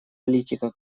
политика